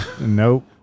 Nope